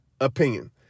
opinion